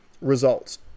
Results